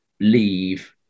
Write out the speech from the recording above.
leave